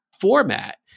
format